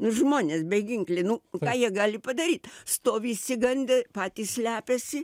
nu žmonės beginkliai nu ką jie gali padaryt stovi išsigandę patys slepiasi